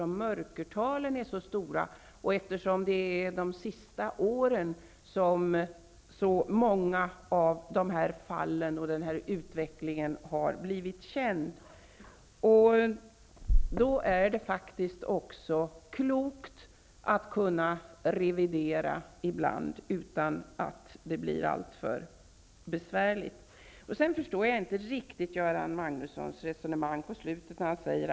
Mörkertalen är ju mycket stora. Dessutom är det under de senaste åren som många av de här fallen och den här utvecklingen har blivit kända. Mot den bakgrunden är det ibland klokt att göra en revision, något som inte skall behöva vara alltför besvärligt. Sedan vill jag säga att jag inte riktigt förstår Göran Magnussons resonemang i slutet av sitt förra inlägg.